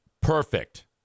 perfect